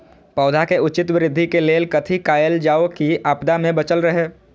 पौधा के उचित वृद्धि के लेल कथि कायल जाओ की आपदा में बचल रहे?